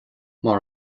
mar